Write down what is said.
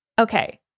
Okay